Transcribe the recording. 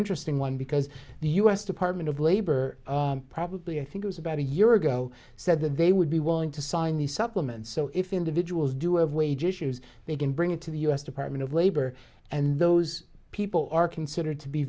interesting one because the u s department of labor probably i think has about a year ago said that they would be willing to sign the supplement so if individuals do have wage issues they can bring it to the u s department of labor and those people are considered to be